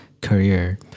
career